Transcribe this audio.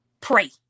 pray